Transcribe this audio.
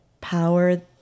power